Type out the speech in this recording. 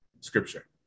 scripture